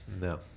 No